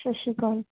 ਸਤਿ ਸ਼੍ਰੀ ਅਕਾਲ